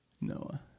Noah